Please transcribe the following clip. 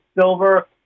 silver